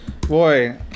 Boy